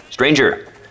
Stranger